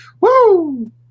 Woo